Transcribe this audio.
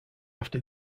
after